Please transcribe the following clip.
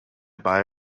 buy